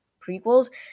prequels